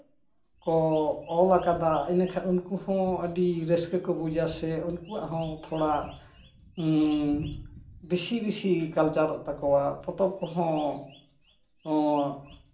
ᱠᱚ ᱚᱞᱟᱠᱟᱫᱟ ᱤᱱᱟᱹᱠᱷᱟᱱ ᱩᱱᱠᱩ ᱦᱚᱸ ᱟᱹᱰᱤ ᱨᱟᱹᱥᱠᱟᱹ ᱠᱚ ᱵᱩᱡᱟ ᱥᱮ ᱩᱱᱠᱩᱣᱟᱜ ᱦᱚᱸ ᱛᱷᱚᱲᱟ ᱵᱤᱥᱤ ᱵᱤᱥᱤ ᱠᱟᱞᱪᱟᱨᱚᱜ ᱛᱟᱠᱚᱣᱟ ᱯᱚᱛᱚᱵ ᱠᱚᱦᱚᱸ